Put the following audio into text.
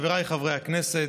חבריי חברי הכנסת,